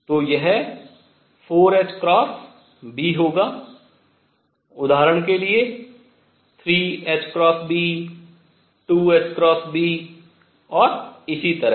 तो यह 4ℏB होगा उदाहरण के लिए 3ℏB 2ℏB और इसी तरह